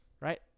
right